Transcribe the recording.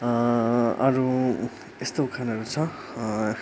अरू यस्तो उखानहरू छ